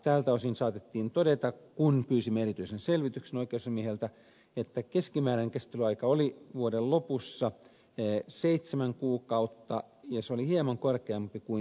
tältä osin saatettiin todeta kun pyysimme erityisen selvityksen oikeusasiamieheltä että keskimääräinen käsittelyaika oli vuoden lopussa seitsemän kuukautta ja se oli hieman korkeampi kuin edellisvuonna